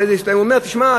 הוא אומר: תשמע,